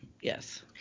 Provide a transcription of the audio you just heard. yes